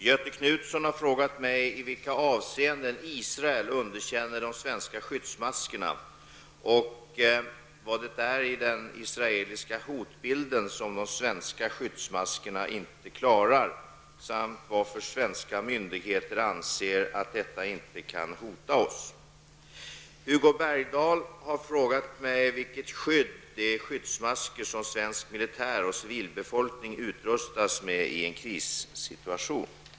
Göthe Knutson har frågat mig i vilka avseenden Israel underkänner de svenska skyddsmaskerna och vad det är i den israeliska hotbilden som de svenska skyddsmaskerna inte klarar samt varför svenska myndigheter anser att detta inte kan hota oss. Hugo Bergdahl har frågat mig vilket skydd de skyddsmasker som svensk militär och civilbefolkning utrustas med i en krissituation ger.